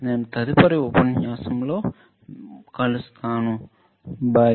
నేను తదుపరి ఉపన్యాసం లో కలుస్తాను బై